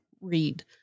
read